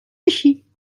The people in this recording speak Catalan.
així